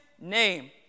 name